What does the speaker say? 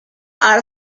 are